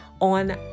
on